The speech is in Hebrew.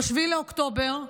ב-7 באוקטובר,